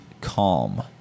calm